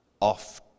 off